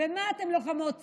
במה אתן לוחמות צדק?